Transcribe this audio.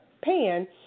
pan